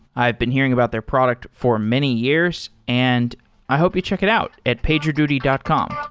i've been hearing about their product for many years and i hope you check it out at pagerduty dot com.